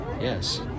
Yes